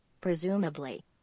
Presumably